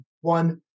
one